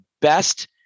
best